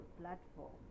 platform